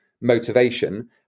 motivation